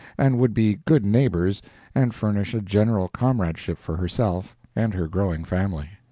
and would be good neighbors and furnish a general comradeship for herself and her growing family.